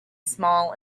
small